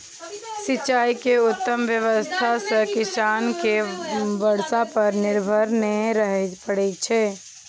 सिंचाइ के उत्तम व्यवस्था सं किसान कें बर्षा पर निर्भर नै रहय पड़ै छै